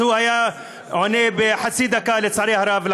אז הוא היה עונה בחצי דקה, לצערי הרב.